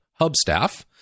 Hubstaff